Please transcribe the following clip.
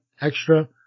extra